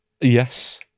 Yes